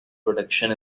protection